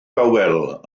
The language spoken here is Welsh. dawel